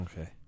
Okay